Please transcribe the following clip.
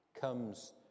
comes